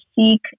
seek